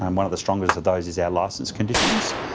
um one of the strongest of those is our licence conditions.